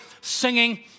singing